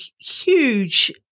huge